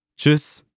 Tschüss